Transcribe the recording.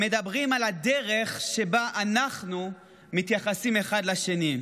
הם מדברים על הדרך שבה אנחנו מתייחסים אחד לשני.